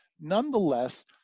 nonetheless